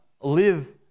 live